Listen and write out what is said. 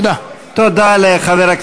ומי שעשה אותו צריך לשלם את מלוא חומרת